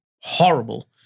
horrible